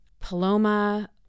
Paloma